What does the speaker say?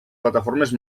plataformes